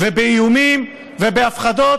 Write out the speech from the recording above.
ובאיומים ובהפחדות,